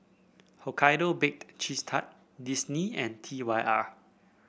Hokkaido Baked Cheese Tart Disney and T Y R